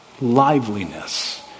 liveliness